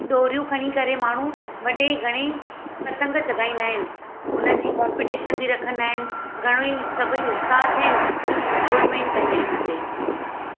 ॾोरियूं खणी करे माण्हू वॾे घणेई पतंग चॻाईंदा आहिनि उन्हनि जी कोम्पटीशन बि रखंदा आहिनि घणो ई सभई उत्साह थियनि ईअं एंजॉयमेंट कंदा आहिनि हुते